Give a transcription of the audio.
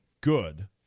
Good